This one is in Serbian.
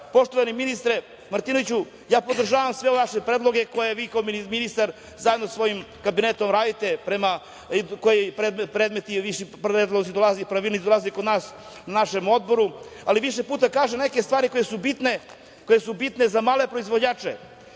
poštovani ministre Martinoviću, podržavam sve vaše predloge koje vi kao ministar, zajedno sa svojim kabinetom, radite, čiji predlozi dolaze kod nas, na naš Odbor. Više puta kaže neke stvari koje su bitne za male proizvođače.